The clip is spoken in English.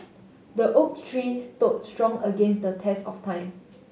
the oak tree stood strong against the test of time